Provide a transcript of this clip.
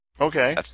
Okay